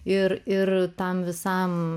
ir ir tam visam